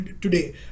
today